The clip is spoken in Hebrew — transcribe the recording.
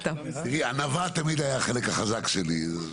ענווה תמיד היה החלק החזק שלי.